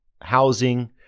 housing